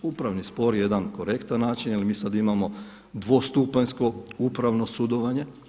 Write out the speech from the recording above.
Upravni spor je jedan korektan način jer mi sada imamo dvostupanjsko upravno sudovanje.